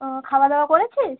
ও খাওয়াদাওয়া করেছিস